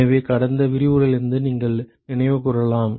எனவே கடந்த விரிவுரையிலிருந்து நீங்கள் நினைவுகூரலாம்